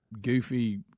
goofy